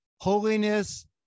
Holiness